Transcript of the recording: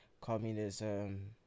communism